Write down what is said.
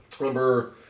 Number